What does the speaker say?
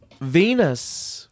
Venus